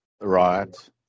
Right